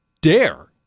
dare